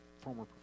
former